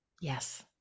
Yes